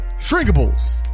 Shrinkables